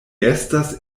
estas